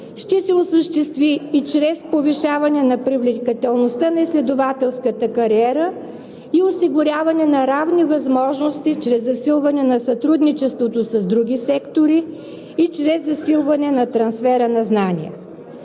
се осъществи и чрез повишаване на привлекателността на изследователската кариера и осигуряване на равни възможности чрез засилване на сътрудничеството с други сектори и чрез засилване на трансфера на знание.